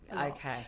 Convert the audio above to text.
Okay